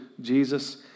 Jesus